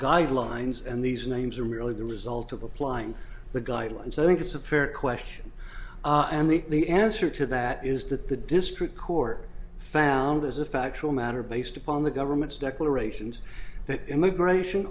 guidelines and these names are merely the result of applying the guidelines i think it's a fair question and the the answer to that is that the district court found as a factual matter based upon the government's declarations that immigration